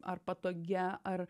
ar patogia ar